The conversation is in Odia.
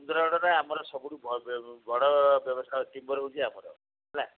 ସୁନ୍ଦରଗଡ଼ରେ ଆମର ସବୁଠୁ ବଡ଼ ବ୍ୟବସାୟ ଟିମ୍ବର ହେଉଛି ଆମର ହେଲା